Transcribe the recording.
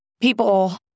people